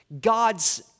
God's